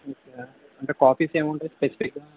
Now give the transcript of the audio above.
అంటే కాఫీస్ ఏముంటాయ్ స్పెసిఫిక్గా